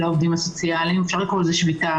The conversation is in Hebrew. אפשר לקרוא לזה שביתה,